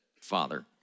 father